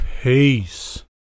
Peace